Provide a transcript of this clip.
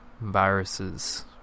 viruses